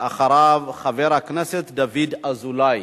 אחריו, חבר הכנסת דוד אזולאי,